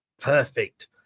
Perfect